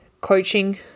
coaching